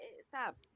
stop